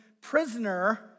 prisoner